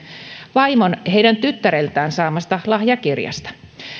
vaimon heidän tyttäreltään saamasta lahjakirjasta